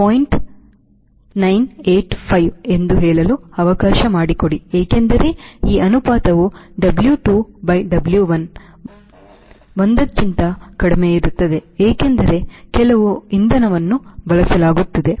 985 ಎಂದು ಹೇಳಲು ಅವಕಾಶ ಮಾಡಿಕೊಡಿ ಏಕೆಂದರೆ ಈ ಅನುಪಾತವು W2 by W1 ಒಂದಕ್ಕಿಂತ ಕಡಿಮೆಯಿರುತ್ತದೆ ಏಕೆಂದರೆ ಕೆಲವು ಇಂಧನವನ್ನು ಬಳಸಲಾಗುತ್ತಿದೆ